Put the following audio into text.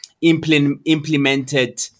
implemented